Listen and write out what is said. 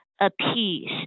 apiece